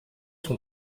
son